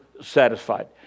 satisfied